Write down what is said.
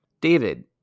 David